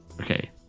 Okay